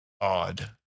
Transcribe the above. odd